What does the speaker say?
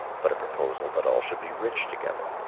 but a proposal that all should be rich together.